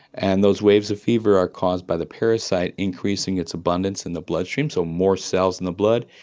and those waves of fever are caused by the parasite increasing its abundance in the bloodstream, so more cells in the blood.